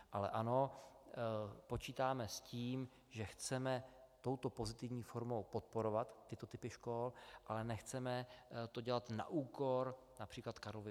Ale ano, počítáme s tím, že chceme touto pozitivní formou podporovat tyto typy škol, ale nechceme to dělat na úkor například Karlovy univerzity.